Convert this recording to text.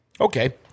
Okay